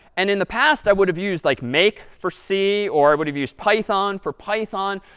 and in the past, i would have used like make for c or would have used python for python,